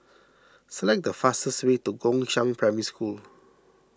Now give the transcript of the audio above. select the fastest way to Gongshang Primary School